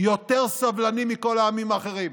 יותר סבלני מכל העמים האחרים.